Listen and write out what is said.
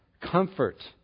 comfort